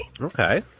Okay